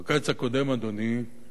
אדוני,